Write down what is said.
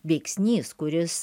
veiksnys kuris